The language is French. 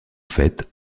fait